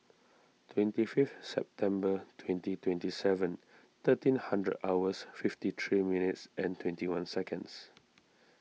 twenty fifth September twenty twenty seven thirteen hundred hours fifty three minutes and twenty one seconds